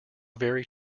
very